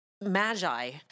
magi